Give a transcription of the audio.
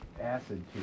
acid